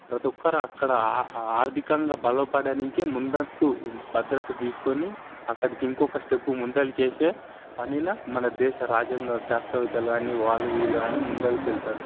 ప్రతి ఒక్కరు అక్కడ ఆ ఆర్థికంగా బలపడనీకే ముందస్తు భద్రత తీసుకొని అక్కడికి ఇంకొక స్టెప్పు ముందరకు వేసే పనిల మన దేశ రాజ్యాంగ శాస్త్రవేత్తలు కానీ వాళ్ళూ వీళ్ళు కానీ ముందరకి వెళ్తారు